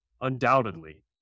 undoubtedly